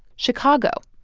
chicago,